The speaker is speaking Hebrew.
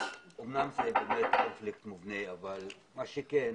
אומנם זה באמת קונפליקט מובנה אבל מה שכן,